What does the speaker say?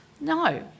No